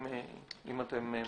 אם אתם מסכימים לזה.